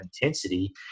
intensity